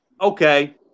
okay